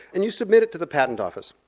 and you submit it to the patent office.